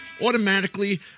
automatically